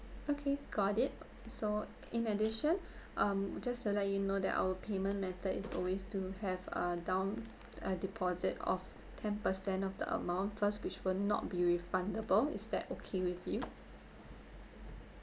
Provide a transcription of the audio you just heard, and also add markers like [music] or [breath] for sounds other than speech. okay got it so in addition [breath] um just to let you know that our payment method is always to have a down a deposit of ten percent of the amount first which will not be refundable is that okay with you